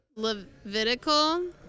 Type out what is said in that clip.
Levitical